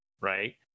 right